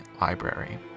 library